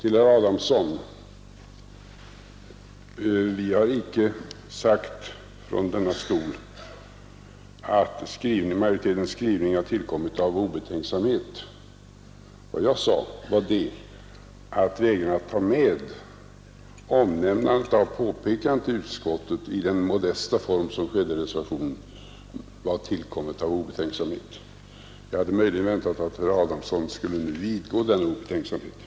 Jag har från denna talarstol inte sagt att majoritetens skrivning hade tillkommit av obetänksamhet. Vad jag sade var att vägran att ta med omnämnandet av påpekandet i utskottet i den modesta form som det givits i reservationen berodde på obetänksamhet. Jag hade möjligen väntat mig att herr Adamsson skulle ha vidgått den obetänksamheten.